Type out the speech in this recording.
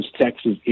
Texas